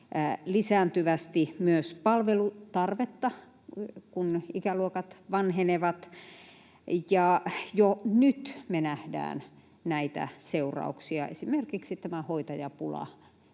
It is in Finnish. lisääntyvästi myös palvelutarvetta, kun ikäluokat vanhenevat, ja jo nyt me nähdään näitä seurauksia, esimerkiksi tämä paheneva